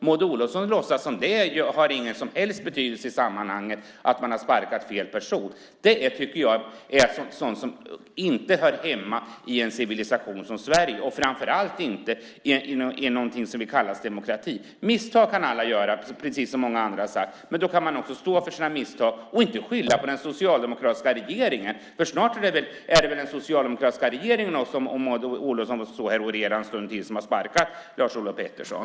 Maud Olofsson låtsas att det inte har någon som helst betydelse i sammanhanget att man har sparkat fel person. Det tycker jag är sådant som inte hör hemma i en civilisation som Sverige, framför allt inte i någonting som kallas demokrati. Misstag kan alla göra, precis som många andra har sagt. Men då får man stå för sina misstag och inte skylla på den socialdemokratiska regeringen. Snart är det väl den socialdemokratiska regeringen, om Maud Olofsson får orera här en stund till, som har sparkat Lars-Olof Pettersson.